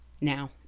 now